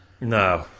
No